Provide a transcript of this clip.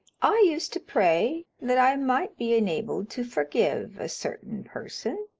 i used to pray that i might be enabled to forgive a certain person,